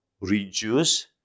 reduce